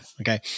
Okay